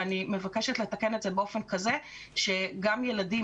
אני מבקשת לתקן את זה באופן כזה שגם ילדים